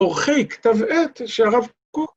‫עורכי כתב עת של הרב קוק.